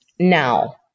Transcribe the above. Now